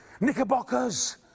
knickerbockers